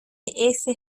ese